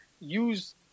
use